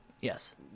Yes